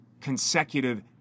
consecutive